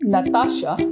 Natasha